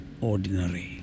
ordinary